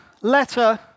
letter